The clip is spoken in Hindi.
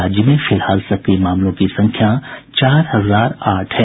राज्य में फिलहाल सक्रिय मामलों की संख्या चार हजार आठ है